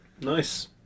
nice